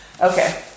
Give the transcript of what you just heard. Okay